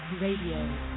Radio